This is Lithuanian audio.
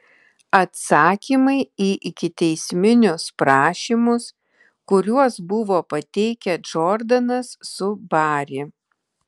atsakymai į ikiteisminius prašymus kuriuos buvo pateikę džordanas su bari